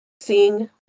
seeing